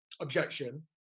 objection